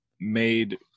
made